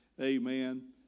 Amen